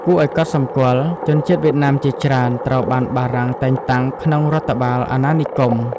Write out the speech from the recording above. គួរឱ្យកត់សម្គាល់ ជនជាតិវៀតណាមជាច្រើនត្រូវបានបារាំងតែងតាំងក្នុងរដ្ឋបាលអាណានិគម។